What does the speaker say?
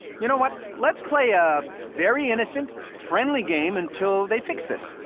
you know what? let's play a very innocent, friendly game until they fix this.